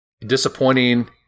disappointing